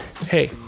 hey